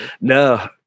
no